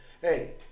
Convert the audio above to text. Hey